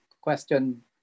question